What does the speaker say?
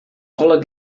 alle